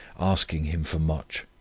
asking him for much.